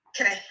okay